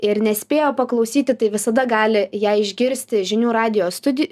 ir nespėjo paklausyti tai visada gali ją išgirsti žinių radijo studi